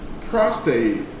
prostate